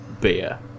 beer